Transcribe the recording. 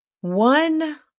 One